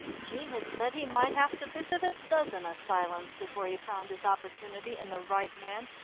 jean had said he might have to visit a dozen asylums before he found his opportunity and the right man,